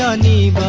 ah need